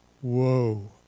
whoa